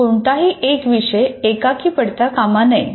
कोणताही एक विषय एकाकी पडता कामा नये